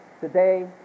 Today